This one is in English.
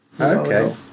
Okay